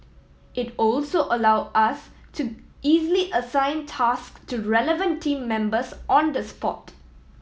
it also allow us to easily assign task to relevant team members on the spot